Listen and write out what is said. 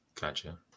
Gotcha